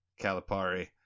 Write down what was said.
Calipari